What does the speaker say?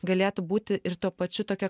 galėtų būti ir tuo pačiu tokia